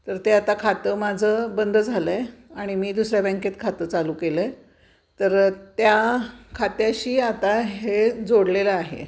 तर ते आता खातं माझं बंद झालं आहे आणि मी दुसऱ्या बँकेत खातं चालू केलं आहे तर त्या खात्याशी आता हे जोडलेलं आहे